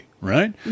right